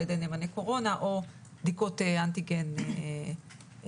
על ידי נאמני קורונה או בדיקות אנטיגן מהירות.